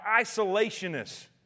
isolationists